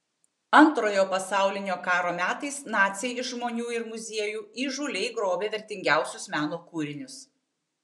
antrojo pasaulio karo metais naciai iš žmonių ir muziejų įžūliai grobė vertingiausius meno kūrinius